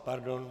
Pardon.